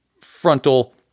frontal